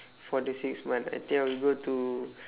for the six month I think I will go to